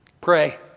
Pray